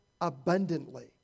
abundantly